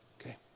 okay